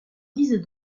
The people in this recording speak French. guise